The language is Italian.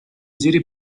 giri